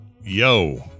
yo